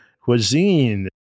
cuisine